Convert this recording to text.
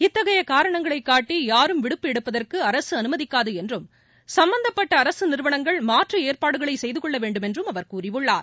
இத்தகைய காரணங்களை காட்டி யாரும் விடுப்பு எடுப்பதற்கு அரசு அனுமதிக்காது என்றும் சும்பந்தப்பட்ட அரசு நிறுவனங்கள் மாற்று ஏற்பாடுகளை செய்து கொள்ள வேண்டும் என்றும் அவர் கூறியுள்ளார்